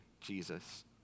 Jesus